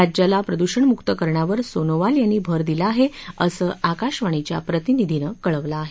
राज्याला प्रदुषणमुक्त करण्यावर सोनोवाल यांनी भर दिला आहे असं आकाशवाणीच्या प्रतिनिधीने कळवलं आहे